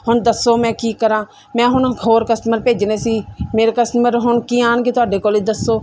ਹੁਣ ਦੱਸੋ ਮੈਂ ਕੀ ਕਰਾਂ ਮੈਂ ਹੁਣ ਹੋਰ ਕਸਟਮਰ ਭੇਜਣੇ ਸੀ ਮੇਰੇ ਕਸਟਮਰ ਹੁਣ ਕੀ ਆਉਣਗੇ ਤੁਹਾਡੇ ਕੋਲ ਦੱਸੋ